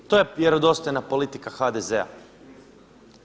To je vjerodostojna politika HDZ-a.